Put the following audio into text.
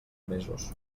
mesos